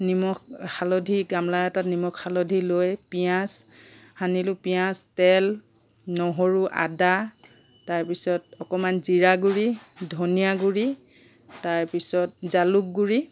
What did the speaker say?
নিমখ হালধি গামলা এটাত নিমখ হালধি লৈ পিঁয়াজ সানিলো পিঁয়াজ তেল নহৰু আদা তাৰপিছত অকণমান জীৰা গুড়ি ধনিয়া গুড়ি তাৰপিছত জালুক গুড়ি